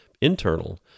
internal